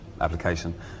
application